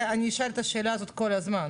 אני שואלת את השאלה הזאת כל הזמן,